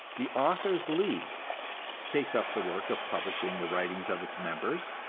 the authors' league takes up the work of publishing the writings of its members,